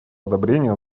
одобрения